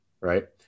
right